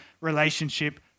relationship